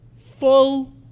full